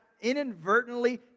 inadvertently